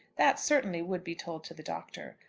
that certainly would be told to the doctor.